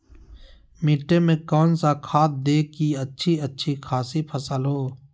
मिट्टी में कौन सा खाद दे की अच्छी अच्छी खासी फसल हो?